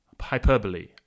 Hyperbole